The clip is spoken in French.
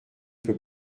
peux